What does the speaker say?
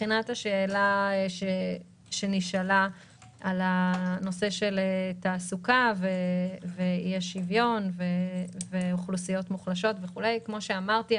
לגבי השאלה על תעסוקה ואי-שוויון ואוכלוסיות מוחלשות כפי שאמרתי,